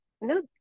no